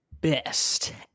Best